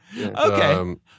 Okay